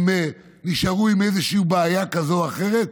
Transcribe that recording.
נשארו עם איזושהי בעיה כזאת או אחרת,